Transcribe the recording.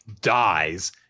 dies